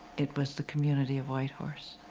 it was the community of whitehorse.